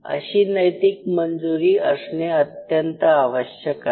अशी नैतिक मंजूरी असणे अत्यंत आवश्यक आहे